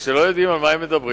אבל כשלא יודעים על מה הם מדברים,